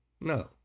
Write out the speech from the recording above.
No